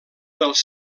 dels